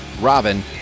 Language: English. Robin